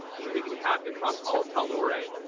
is wreaking havoc across all of tal'dorei.